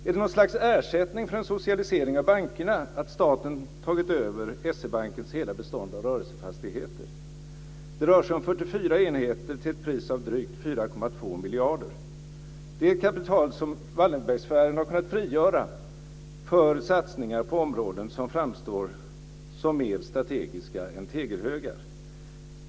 Är det något slags ersättning för en socialisering av bankerna att staten tagit över S-E-Bankens hela bestånd av rörelsefastigheter? Det rör sig om 44 enheter till ett pris av drygt 4,2 miljarder kronor. Detta kapital har Wallenbergssfären kunnat frigöra för satsningar på områden som framstår som mer strategiska än tegelhögar.